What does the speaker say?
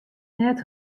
net